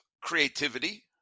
creativity